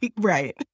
Right